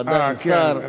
הוא עדיין שר,